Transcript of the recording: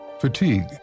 fatigue